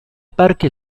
parque